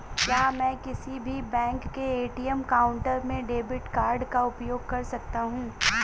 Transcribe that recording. क्या मैं किसी भी बैंक के ए.टी.एम काउंटर में डेबिट कार्ड का उपयोग कर सकता हूं?